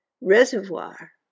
reservoir